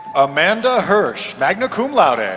amanda hirsch, magna cum laude. and